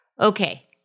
Okay